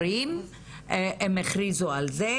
הם הכריזו על זה,